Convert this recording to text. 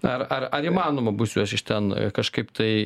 ar ar ar įmanoma bus juos iš ten kažkaip tai